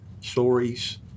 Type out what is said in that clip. stories